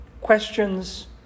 Questions